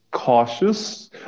cautious